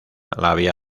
había